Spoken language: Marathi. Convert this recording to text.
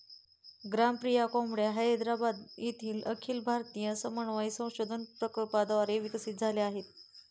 ग्रामप्रिया कोंबड्या हैदराबाद येथील अखिल भारतीय समन्वय संशोधन प्रकल्पाद्वारे विकसित झाल्या आहेत